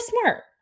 smart